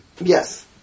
Yes